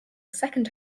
second